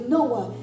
Noah